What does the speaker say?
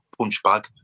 Punchbag